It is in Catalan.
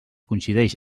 coincideix